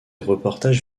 reportages